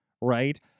right